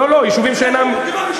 לא, לא, יישובים שאינם יהודיים.